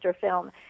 film